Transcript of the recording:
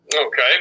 Okay